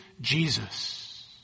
Jesus